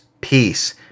peace